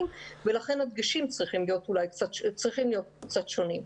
ולכן הדגשים צריכים להיות קצת שונים.